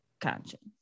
conscience